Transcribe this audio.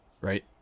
Right